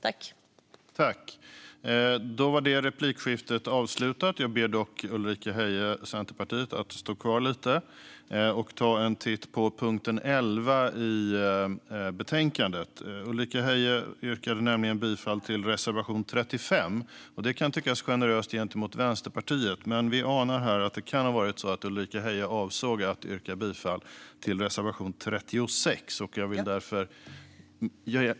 Tack så mycket, herr talman, för den generositeten, för klargörandet och för möjligheten att rätta mig! Det var givetvis reservation 36 som jag avsåg att yrka bifall till.